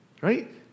Right